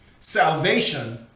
salvation